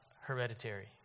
hereditary